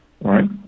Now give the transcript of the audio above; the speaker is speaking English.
Right